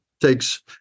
takes